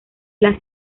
las